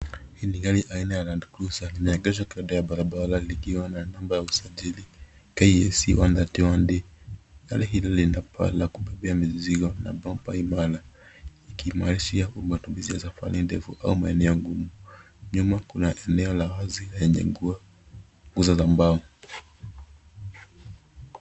Hili ni gari aina ya Land cruiser limeegeshwa kando ya barabara likiwa na namba ya usajili KAC 131D.Gari hili lina paa ya kubebea mizigo na bomba imara ikiimarishia kwa matumizi ya safari ndefu au maeneo ngumu nyuma kuna eneo la wazi lenye nguzo za mbao.